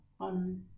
on